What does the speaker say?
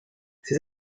ses